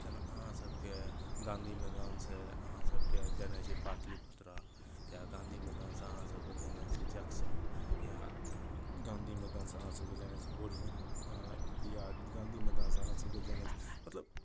जेना अहाँ सभके गाँधी मैदानसँ अहाँ सभके जेनाइ छै पाटलीपुत्रा या गाँधी मैदानसँ अहाँ सभके जेनाइ छै जंक्शन या गाँधी मैदानसँ अहाँ सभके जेनाइ छै बोरिंग रोड अहाँ या गाँधी मैदानसँ अहाँ सभके जेनाइ छै मतलब